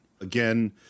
Again